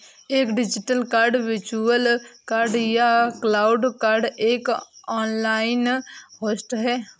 एक digital card virtual card या cloud card एक ऑनलाइन होस्ट है